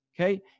Okay